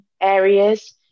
areas